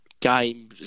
game